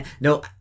no